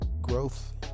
growth